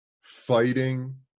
fighting